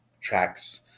tracks